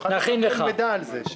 שנוכל לקבל על זה מידע.